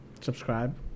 subscribe